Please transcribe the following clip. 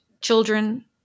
children